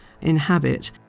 inhabit